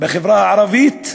בחברה הערבית,